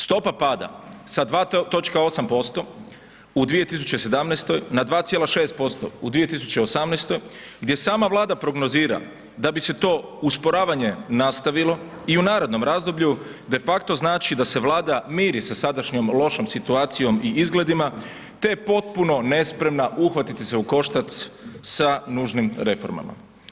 Stopa pada sa 2.8% u 2017. na 2,6% u 2018., gdje sama Vlada prognozira da bi se to usporavanje nastavilo i u narednom razdoblju, defakto znači da se Vlada miri sa sadašnjom lošom situacijom i izgledima, te potpuno nespremna uhvatiti se u koštac sa nužnim reformama.